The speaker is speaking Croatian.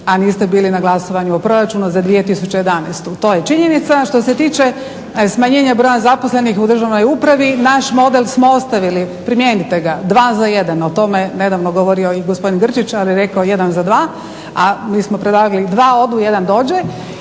a niste bili na glasovanju o proračunu za 2011.to je činjenica. Što se tiče smanjenja broj zaposlenih u državnoj upravi, naš model smo ostavili, primijenite ga 2 za jedan. O tome je nedavno govorio i gospodin Grčić ali je rekao jedan za dva, a mi smo predlagali dva odu jedan dođe.